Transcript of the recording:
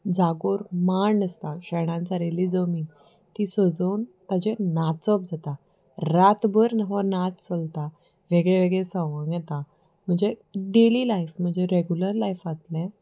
जागोर मांड आसता शेणान सारिल्ली जमीन ती सजोवन ताचेर नाचप जाता रातभर हो नाच चलता वेगळे वेगळे सवंग येता म्हणजे डेली लायफ म्हणजे रेगुलर लायफांतलें